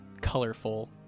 colorful